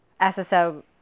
SSO